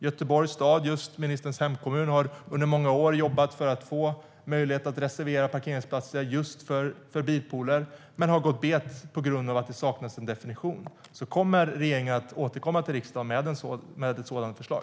Göteborgs stad, ministerns hemkommun, har under många år jobbat för att få möjlighet att reservera parkeringsplatser just för bilpooler men har gått bet på grund av att det saknas en definition. Kommer regeringen att återkomma till riksdagen med ett sådant förslag?